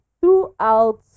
throughout